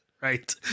right